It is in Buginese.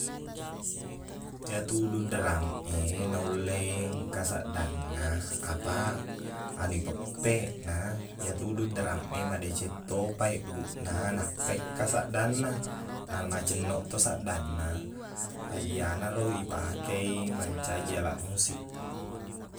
Iyatu udu drum e naulle engka saddanna apaq anu ipeppeq na iyatu udu drum e madeceng topa ebbuqna nappai ka saddanna na macinnoq to saddanna ajianaro ipake i mancaji alat musik